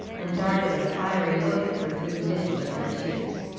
and darted a fiery look at her through the midst of her tears.